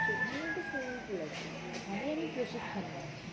সেখানে একটা swimming pool আছে ওখানেই আমি প্রশিক্ষণ নিই